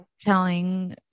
telling